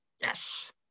Yes